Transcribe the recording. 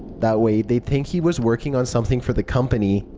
that way, they'd think he was working on something for the company.